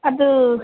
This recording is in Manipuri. ꯑꯗꯨ